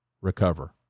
recover